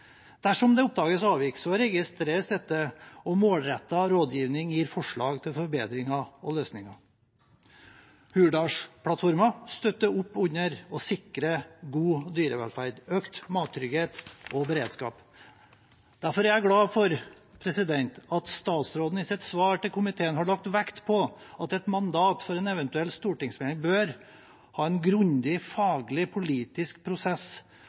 Dersom det oppdages avvik, registreres dette, og målrettet rådgivning gir forslag til forbedringer og løsninger. Hurdalsplattformen støtter opp under og sikrer god dyrevelferd, økt mattrygghet og beredskap. Derfor er jeg glad for at statsråden i sitt svar til komiteen har lagt vekt på at et mandat for en eventuell stortingsmelding bør ha en grundig faglig og politisk prosess